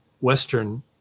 Western